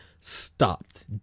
stopped